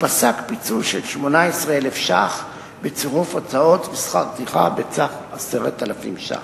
ופסק פיצוי של 18,000 שקלים בצירוף הוצאות ושכר טרחה בסך 10,000 שקלים.